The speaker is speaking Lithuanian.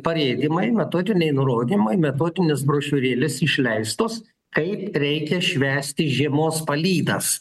parėdymai metodiniai nurodymai metodinės brošiūrėlės išleistos kaip reikia švęsti žiemos palydas